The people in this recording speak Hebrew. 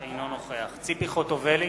אינו נוכח ציפי חוטובלי,